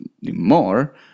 more